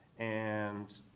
and